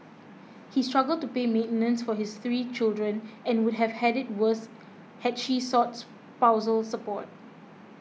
he struggled to pay maintenance for his three children and would have had it worse had she sought spousal support